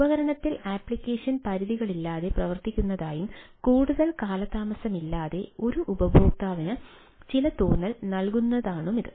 ഉപകരണത്തിൽ ആപ്ലിക്കേഷൻ പരിധികളില്ലാതെ പ്രവർത്തിക്കുന്നതായും കൂടുതൽ കാലതാമസമില്ലാതെ ഒരു ഉപയോക്താവിന് ചില തോന്നൽ നൽകുന്നതിനാണിത്